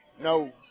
No